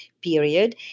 period